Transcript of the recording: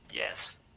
Yes